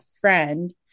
friend